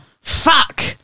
Fuck